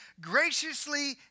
graciously